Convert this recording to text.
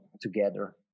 together